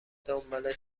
دنبال